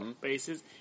bases